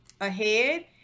ahead